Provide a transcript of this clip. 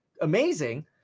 amazing